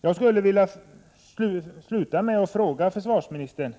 Jag vill slutligen fråga försvarsministern